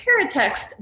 paratext